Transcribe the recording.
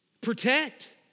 Protect